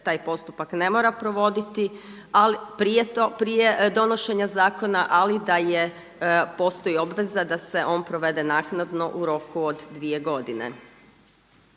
taj postupak ne mora provoditi prije donošenja zakona ali da je, postoji obveza da se on provede naknadno u roku od 2 godine.